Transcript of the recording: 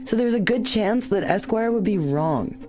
so there was a good chance that esquire would be wrong,